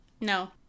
No